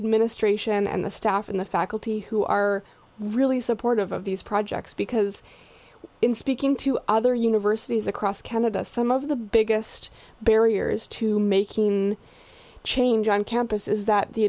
administration and the staff and the faculty who are really supportive of these projects because in speaking to other universities across canada some of the biggest barriers to making in change on campus is that the